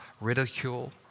ridicule